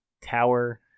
tower